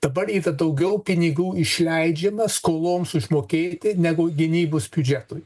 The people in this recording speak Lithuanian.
dabar daugiau pinigų išleidžiama skoloms išmokėti negu gynybos biudžetui